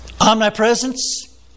Omnipresence